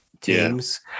teams